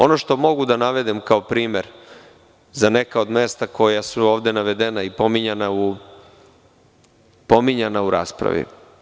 Ono što mogu da navedem kao primer za neka od mesta koja su ovde navedena i pominjana u raspravi.